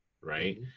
right